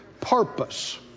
purpose